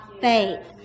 faith